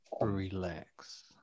relax